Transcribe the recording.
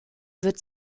wird